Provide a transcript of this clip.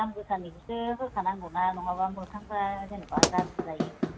दामगोसानिखौसो होखानांगौ ना नङाब्ला मोखांफोरा जेन'बा गाज्रि जायो